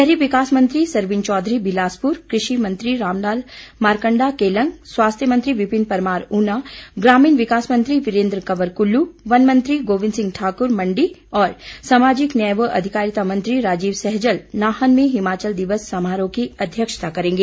शहरी विकास मंत्री सरवीण चौधरी बिलासप्र कृषि मंत्री रामलाल मार्कण्डा केलंग स्वास्थ्य मंत्री विपिन परमार ऊना ग्रामीण विकास मंत्री वीरेन्द्र कंवर कुल्लू वन मंत्री गोविंद सिंह ठाक़्र मण्डी और सामाजिक न्याय व अधिकारिता मंत्री राजीव सैजल नाहन में हिमाचल दिवस समारोह की अध्यक्षता करेंगे